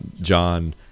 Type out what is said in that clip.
John